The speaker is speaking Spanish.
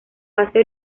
base